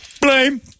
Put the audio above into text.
blame